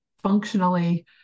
functionally